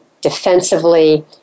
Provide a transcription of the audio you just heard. defensively